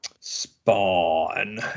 Spawn